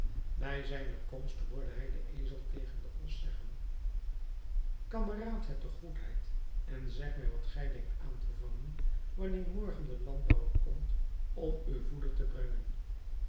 bij zijne komst hoorde hij den ezel tegen den os zeggen kameraad heb de goedheid en zeg mij wat gij denkt aan te vangen wanneer morgen de landbouwer komt om u voeder te brengen